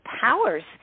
powers